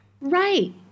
right